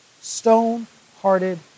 stone-hearted